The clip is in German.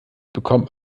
bekommt